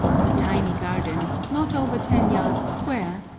the tiny garden, not over ten yards square,